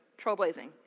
trailblazing